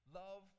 love